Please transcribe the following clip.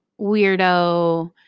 weirdo